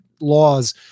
laws